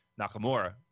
nakamura